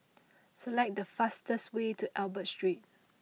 select the fastest way to Albert Street